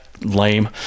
Lame